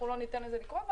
אנחנו לא ניתן לזה לקרות.